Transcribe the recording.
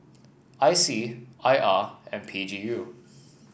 I C I R and P G U